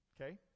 okay